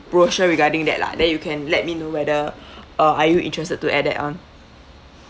brochure regarding that lah then you can let me know whether uh are you interested to add that on